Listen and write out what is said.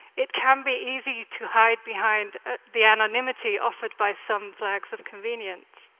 it can be easy to hide behind the anonymity offered by some flags of convenience.